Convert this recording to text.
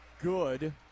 good